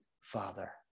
father